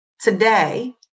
Today